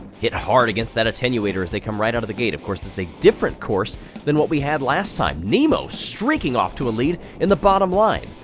hit hard against that attenuator as they come right out of the gate. of course, this is a different course than what we had last time. nemo streaking off to a lead in the bottom line,